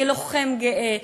כלוחם גאה,